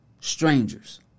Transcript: strangers